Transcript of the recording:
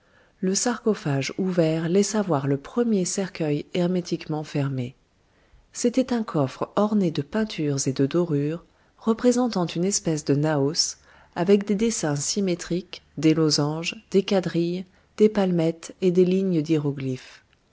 le sarcophage ouvert laissa voir le premier cercueil hermétiquement fermé c'était un coffre orné de peintures et de dorures représentant une espèce de naos avec des dessins symétriques des losanges des quadrilles des palmettes et des lignes d'hiéroglyphes